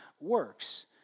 works